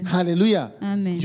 Hallelujah